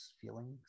feelings